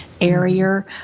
airier